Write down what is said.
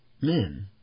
men